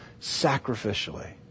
Sacrificially